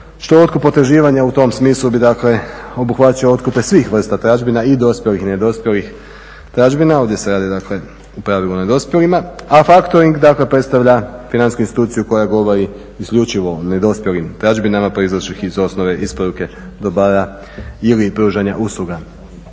što otkup potraživanja u tom smislu bi dakle obuhvaćao otkupe svih vrsta tražbina i dospjelih i nedospjelih tražbina. Ovdje se radi, dakle u pravilu o nedospjelima, a faktoring dakle predstavlja financijsku instituciju koja govori isključivo o nedospjelim tražbinama proizašlih iz osnove isporuke dobara ili pružanja usluga.